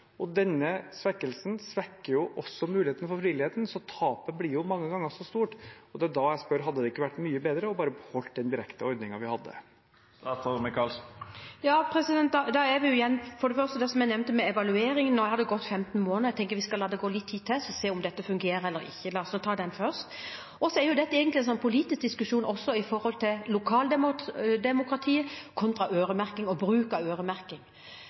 Denne svekkelsen svekker jo også muligheten for frivilligheten, så tapet blir mange ganger så stort. Og det er da jeg spør: Hadde det ikke vært mye bedre bare å beholde den direkte ordningen vi hadde? For det første, det som jeg nevnte med evaluering: Nå har det gått 15 måneder. Jeg tenker vi skal la det gå litt tid til, og så se om dette fungerer eller ikke. La oss nå ta det først. Så er dette egentlig også en politisk diskusjon om lokaldemokratiet kontra øremerking og bruk av øremerking.